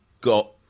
got